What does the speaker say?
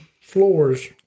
floors